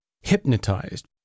hypnotized